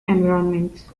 environments